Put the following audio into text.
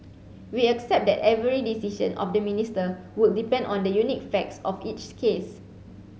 we accept that every decision of the minister would depend on the unique facts of each case